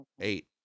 eight